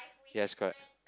yes correct